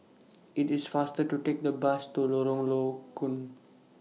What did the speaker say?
IT IS faster to Take The Bus to Lorong Low Koon